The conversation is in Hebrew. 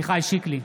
עמיחי שיקלי,